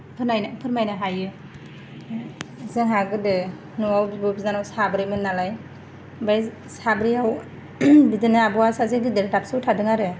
फोरमाय फोरमायनो हायो जोंहा गोदो न'आव बिब' बिनानाव साब्रोमोन नालाय ओमफाय साब्रैयाव बिदिनो आब'वा सासे गिदिर दाबसेयाव थादों आरो